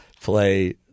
play